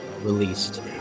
released